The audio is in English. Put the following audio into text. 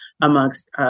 amongst